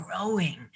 growing